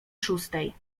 szóstej